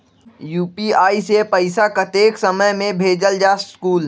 UPI से पैसा कतेक समय मे भेजल जा स्कूल?